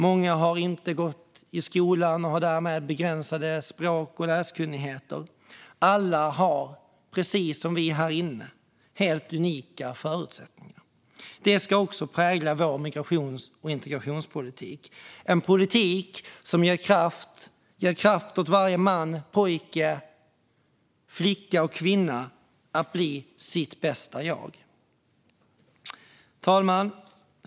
Många har inte gått i skolan och har därmed begränsad språk och läskunskap. Alla har, precis som vi här inne, helt unika förutsättningar. Det ska också prägla vår migrations och integrationspolitik. Det är en politik som ger kraft åt varje man, pojke, flicka och kvinna att bli sitt bästa jag. Fru talman!